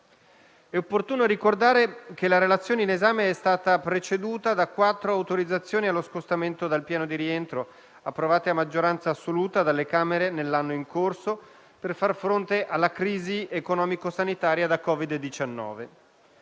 È opportuno ricordare che la relazione in esame è stata preceduta da quattro autorizzazioni allo scostamento dal piano di rientro, approvate a maggioranza assoluta dalle Camere nell'anno in corso, per far fronte alla crisi economico-sanitaria da Covid-19.